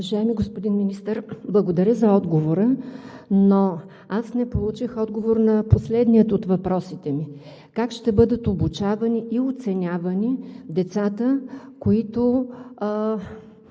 Уважаеми господин Министър, благодаря за отговора, но аз не получих отговор на последния от въпросите ми: Как ще бъдат обучавани и оценявани децата, които